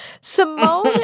Simone